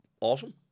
awesome